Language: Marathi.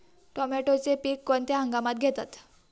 टोमॅटोचे पीक कोणत्या हंगामात घेतात?